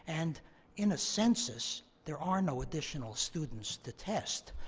and in a census, there are no additional students to test.